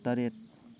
ꯇꯔꯦꯠ